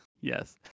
Yes